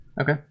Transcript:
Okay